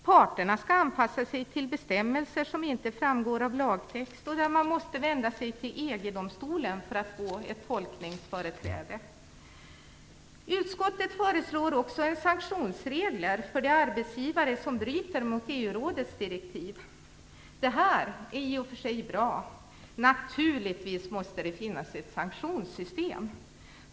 Parterna skall anpassa sig till bestämmelser som inte framgår av lagtext och där man måste vända sig till EG-domstolen för att få ett tolkningsföreträde. Utskottet föreslår också en sanktionsregel för de arbetsgivare som bryter mot EU-rådets direktiv. Det här är i och för sig bra. Naturligtvis måste det finnas ett sanktionssystem.